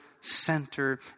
center